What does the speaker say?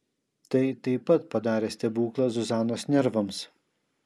tai taip pat padarė stebuklą zuzanos nervams